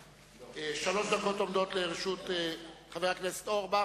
שלוש דקות עומדות לרשות חבר הכנסת אורבך.